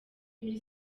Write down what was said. muri